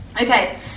Okay